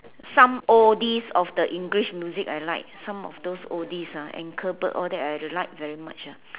some oldies of the English music I like some of those oldies ah all that I like very much ah